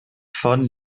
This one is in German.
von